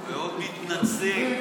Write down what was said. מאוד מתנצל.